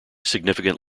significant